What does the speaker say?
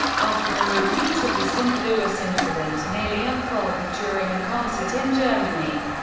after a repeat of the st. louis incident nearly unfolded during a concert in germany.